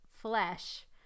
flesh